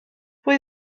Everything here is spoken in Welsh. pwy